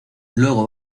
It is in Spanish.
luego